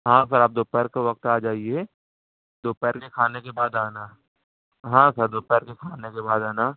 ہاں سر آپ دوپہر کے وقت آجائیے دوپہر کے کھانے کے بعد آنا ہاں سر دوپہر کے کھانے کے بعد آنا